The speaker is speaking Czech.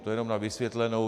To jenom na vysvětlenou.